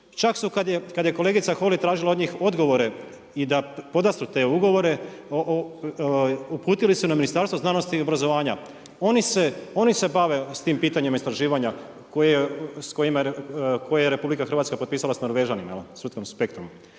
Čak su kad je kolegica Holy tražila od njih odgovore i da podastru te ugovore, uputili su na Ministarstvo znanosti i obrazovanja. Oni se bave s tim pitanjima istraživanja koje je RH potpisala s Norvežanima, jel',